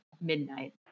midnight